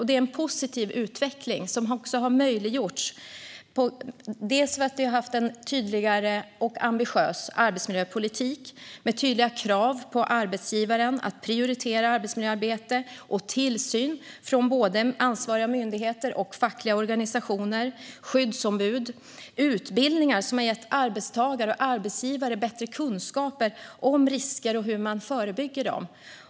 Det är en positiv utveckling som har möjliggjorts av en tydlig och ambitiös arbetsmiljöpolitik med tydliga krav på arbetsgivaren att prioritera arbetsmiljö. Vi har tillsyn från både ansvariga myndigheter och fackliga organisationer. Det finns skyddsombud, och utbildningar har gett både arbetstagare och arbetsgivare bättre kunskaper om risker och hur man förebygger dem.